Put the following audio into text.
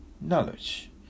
knowledge